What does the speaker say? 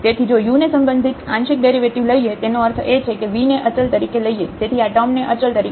તેથી જો u ને સંબંધિત આંશિક ડેરિવેટિવ લઈએ તેનો અર્થ એ છે કે v ને અચલ તરીકે લઈએ તેથી આ ટર્મને અચલ તરીકે લઈએ